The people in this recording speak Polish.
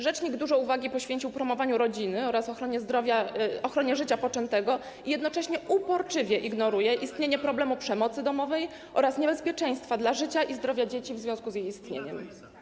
Rzecznik dużo uwagi poświęcił promowaniu rodziny oraz ochronie życia poczętego i jednocześnie uporczywie ignoruje istnienie problemu przemocy domowej oraz niebezpieczeństwa dla życia i zdrowia dzieci w związku z jej istnieniem.